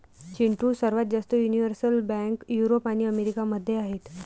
चिंटू, सर्वात जास्त universal bank Europe आणि अमेरिका मध्ये आहेत